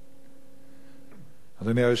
אדוני היושב-ראש, כבוד השר, חברי הכנסת,